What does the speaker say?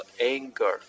anger